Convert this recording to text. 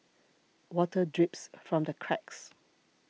water drips from the cracks